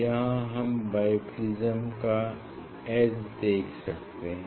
यहाँ हम बाईप्रिज्म का एज्ज देख सकते हैं